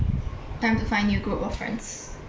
time to find new group of friends